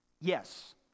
yes